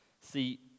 See